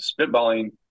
spitballing